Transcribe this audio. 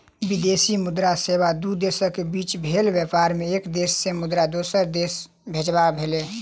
विदेशी मुद्रा सेवा दू देशक बीच भेल व्यापार मे एक देश के मुद्रा दोसर देश मे भेजनाइ भेलै